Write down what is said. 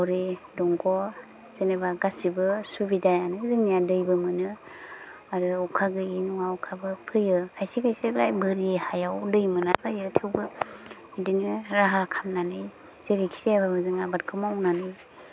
माथावरि दंग' जेनेबा गासैबो सुबिदायानो जोंनिया दैबो मोनो आरो अखा गोयि नङा अखाबो फैयो खायसे खायसेराय बोरि हायाव दै मोना जायो थेवबो बिदिनो राहा खामनानै जेरैखिजायाबाबो जों आबादखौ मावनानै